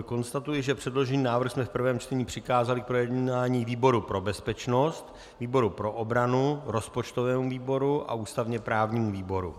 Konstatuji, že předložený návrh jsme v prvém čtení přikázali k projednání výboru pro bezpečnost, výboru pro obranu, rozpočtovému výboru a ústavně právnímu výboru.